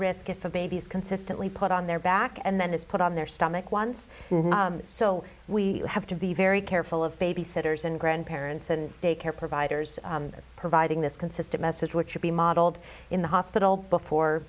risk if a baby is consistently put on their back and then is put on their stomach once so we have to be very careful of babysitters and grandparents and daycare providers providing this consistent message which should be modeled in the hospital before